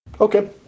Okay